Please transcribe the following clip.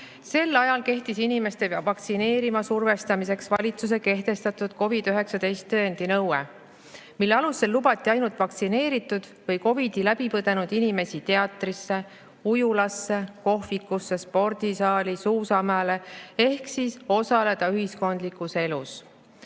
Sel ajal kehtis inimeste vaktsineerima survestamiseks valitsuse kehtestatud COVID-19 tõendi nõue, mille alusel lubati ainult vaktsineeritud või COVID-i läbi põdenud inimesi teatrisse, ujulasse, kohvikusse, spordisaali, suusamäele ehk osaleda ühiskondlikus elus.